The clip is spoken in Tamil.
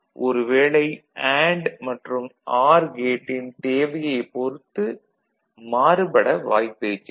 ஒரு வேளை அண்டு மற்றும் ஆர் கேட்டின் தேவையைப் பொறுத்து மாறுபட வாய்ப்பிருக்கிறது